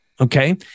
Okay